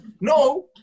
No